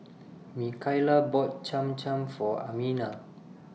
Mikaila bought Cham Cham For Amina